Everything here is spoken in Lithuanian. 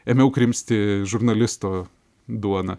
ėmiau krimsti žurnalisto duoną